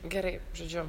gerai žodžiu